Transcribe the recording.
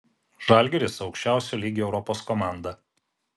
žalgiris aukščiausio lygio europos komanda